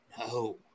No